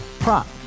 Prop